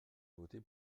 voter